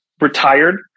retired